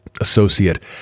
associate